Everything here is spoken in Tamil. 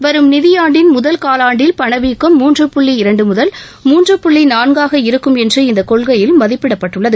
வரும் நிதியாண்டின் முதல் காலாண்டில் பணவீக்கம் மூன்று புள்ளி இரண்டு முதல் மூன்று புள்ளி நான்காக இருக்கும் என்று இந்த கொள்கையில் மதிப்பிடப்பட்டுள்ளது